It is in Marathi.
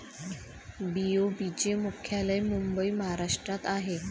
बी.ओ.बी चे मुख्यालय मुंबई महाराष्ट्रात आहे